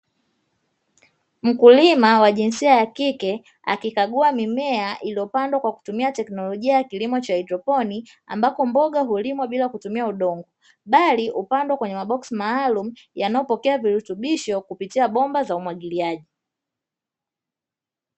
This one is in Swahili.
Mkulima wa jinsia ya kike akikagua mimea iliyopandwa kwa kutumia teknolojia ya kilimo cha haidroponi ambako mboga hulimwa bila kutumia udongo bali hupandwa kwenye maboksi maalumu yanayopokea virutubisho kupitia bomba za umwagiliaji.